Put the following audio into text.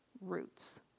roots